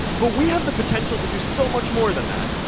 but we have the potential to do so much more than that.